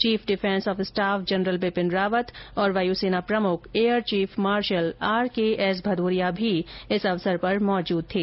chief defence of staff general Bipin Rawat और वायुसेना प्रमुख air chief marshal R K S Bhadauria भी इस अवसर पर मौजूद थे